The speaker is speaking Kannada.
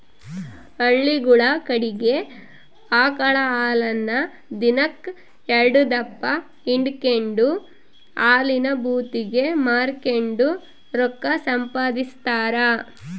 ಹಳ್ಳಿಗುಳ ಕಡಿಗೆ ಆಕಳ ಹಾಲನ್ನ ದಿನಕ್ ಎಲ್ಡುದಪ್ಪ ಹಿಂಡಿಕೆಂಡು ಹಾಲಿನ ಭೂತಿಗೆ ಮಾರಿಕೆಂಡು ರೊಕ್ಕ ಸಂಪಾದಿಸ್ತಾರ